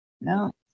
No